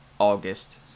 august